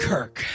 Kirk